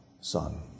Son